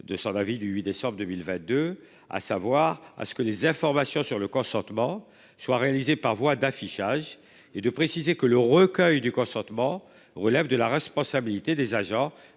de son avis du 8 décembre 2000 va de à savoir à ce que les informations sur le consentement soit réalisée par voie d'affichage et de préciser que le recueil du consentement relève de la responsabilité des agents